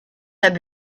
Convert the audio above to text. had